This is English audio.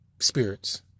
spirits